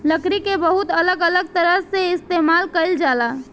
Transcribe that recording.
लकड़ी के बहुत अलग अलग तरह से इस्तेमाल कईल जाला